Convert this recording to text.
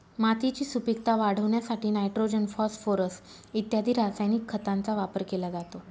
मातीची सुपीकता वाढवण्यासाठी नायट्रोजन, फॉस्फोरस इत्यादी रासायनिक खतांचा वापर केला जातो